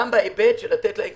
גם בהיבט של לתת להם מענה,